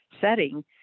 setting